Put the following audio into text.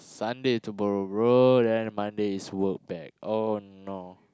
Sunday is a tomorrow bro then Monday is work back oh no